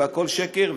והכול שקר,